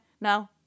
no